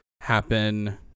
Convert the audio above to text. happen